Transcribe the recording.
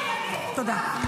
תודה.